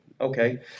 okay